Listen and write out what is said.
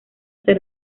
ser